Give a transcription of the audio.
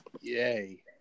Yay